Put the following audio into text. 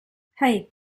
hey